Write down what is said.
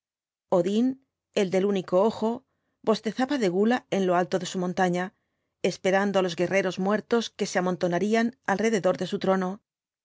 odin el del único ojo bostezaba de gula en lo alto de su montaña esperando á los guerreros muertos que se amontonarían alrededor de su trono